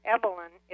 Evelyn